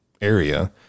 area